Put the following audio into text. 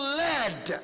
led